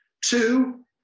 Two